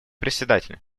председателя